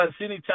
anytime